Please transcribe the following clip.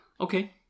Okay